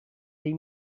dei